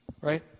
right